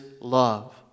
love